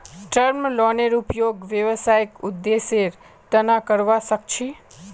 term लोनेर उपयोग व्यावसायिक उद्देश्येर तना करावा सख छी